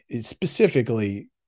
specifically